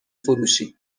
فروشی